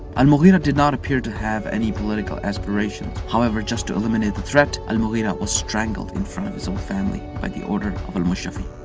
al-mughira did not appear to have any political aspirations, however, just to eliminate the threat, al-mughira was strangled in front of his um family by the order of al-mushafi.